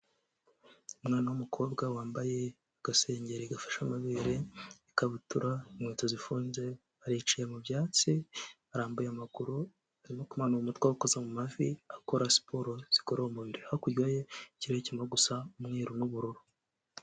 Umwana w'umukobwa wambaye agasengeri gafashe amabere n'ikabutura, inkweto zifunze, aricaye mu byatsi, arambuye amaguru, arimo kumanura umutwe awukoza mu mavi, akora siporo zigorora umubiri. Hakurya ye, ikirere kirimo gusa umweru n'ubururu.